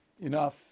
enough